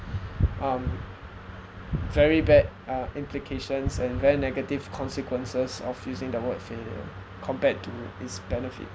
(um)very bad uh implications and very negative consequences of using the word compared to its benefits